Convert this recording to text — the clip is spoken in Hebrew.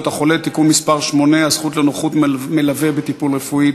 החולה (תיקון מס' 8) (הזכות לנוכחות מלווה בטיפול רפואי),